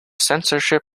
censorship